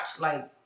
like-